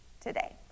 today